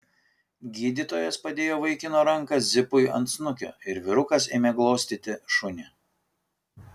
gydytojas padėjo vaikino ranką zipui ant snukio ir vyrukas ėmė glostyti šunį